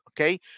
okay